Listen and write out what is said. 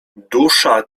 dusza